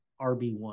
RB1